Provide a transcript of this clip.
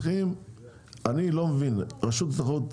אבל אני לא מבין רשות התחרות,